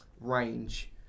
range